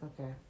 Okay